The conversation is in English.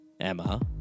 Emma